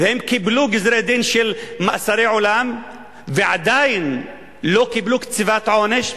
הם קיבלו גזרי-דין של מאסרי עולם ועדיין לא קצבת עונש.